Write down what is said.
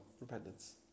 repentance